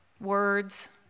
Words